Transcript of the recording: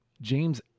James